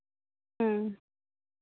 ᱦᱩᱸ